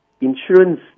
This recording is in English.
insurance